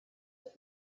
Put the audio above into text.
that